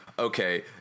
okay